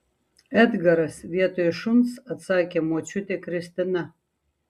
edgaras vietoj šuns atsakė močiutė kristina